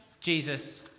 Jesus